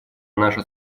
наше